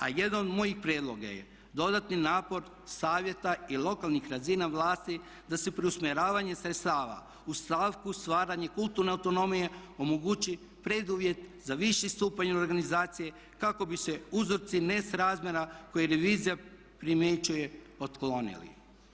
A jedan od mojih prijedloga je dodatni napor Savjeta i lokalnih razina vlasti da se preusmjeravanjem sredstava u stavku stvaranje kulture autonomije omogući preduvjet za viši stupanj organizacije kako bi se uzroci nesrazmjera koji revizija primjećuje otklonili.